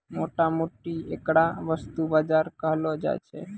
मोटा मोटी ऐकरा वस्तु बाजार कहलो जाय छै